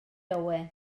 owen